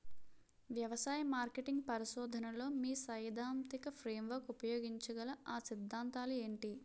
వ్యవసాయ మార్కెటింగ్ పరిశోధనలో మీ సైదాంతిక ఫ్రేమ్వర్క్ ఉపయోగించగల అ సిద్ధాంతాలు ఏంటి?